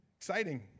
Exciting